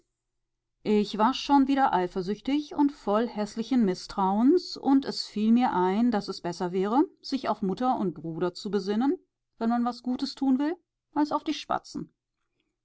ich war schon wieder eifersüchtig und voll häßlichen mißtrauens und es fiel mir ein daß es besser wäre sich auf mutter und bruder zu besinnen wenn man was gutes tun will als auf die spatzen